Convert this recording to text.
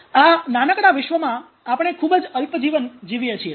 આ નાનકડા વિશ્વમાં આપણે ખૂબ જ અલ્પ જીવન જીવીએ છીએ